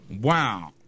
Wow